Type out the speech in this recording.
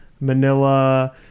Manila